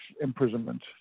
imprisonment